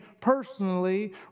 personally